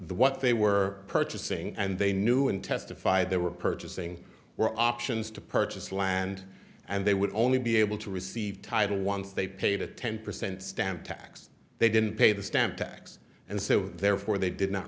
the what they were purchasing and they knew and testify they were purchasing were options to purchase land and they would only be able to receive title once they paid a ten percent stamp tax they didn't pay the stamp tax and so therefore they did not